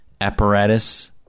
apparatus